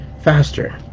faster